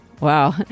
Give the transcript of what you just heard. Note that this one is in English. Wow